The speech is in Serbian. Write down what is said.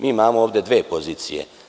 Mi imamo ovde dve pozicije.